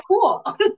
cool